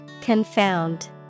Confound